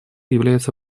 является